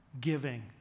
giving